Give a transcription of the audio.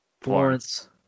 Florence